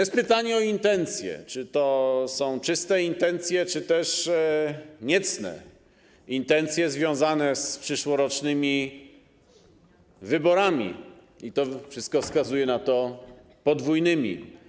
Jest pytanie o intencje, czy to są czyste intencje, czy też niecne intencje związane z przyszłorocznymi wyborami, i wszystko wskazuje na to, że podwójnymi.